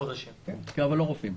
אבל לא רופאים.